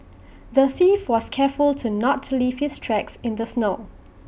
the thief was careful to not leave his tracks in the snow